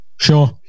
Sure